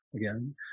again